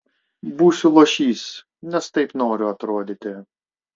būsiu luošys nes taip noriu atrodyti